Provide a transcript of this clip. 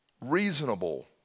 Reasonable